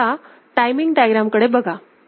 आता timing diagram कडे बघा